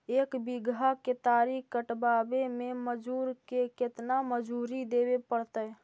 एक बिघा केतारी कटबाबे में मजुर के केतना मजुरि देबे पड़तै?